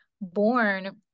born